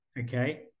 okay